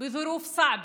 רמדאן בתנאים קשים,